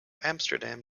amsterdam